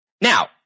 Now